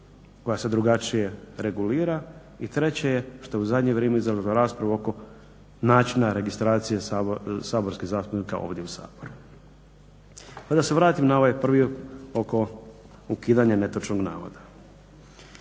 koja se drugačije regulira. I treće je, što je u zadnje vrijeme izazvalo raspravu oko načina registracije saborskih zastupnika ovdje u Saboru. Pa da se vratim na ovaj prvi, oko ukidanja netočnog navoda.